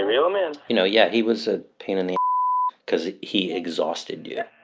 reel him in you know, yeah, he was a pain in the because he exhausted you